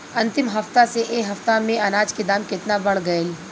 अंतिम हफ्ता से ए हफ्ता मे अनाज के दाम केतना बढ़ गएल?